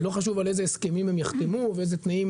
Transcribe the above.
ולא חשוב על איזה הסכמים הם יחתמו ואיזה תנאים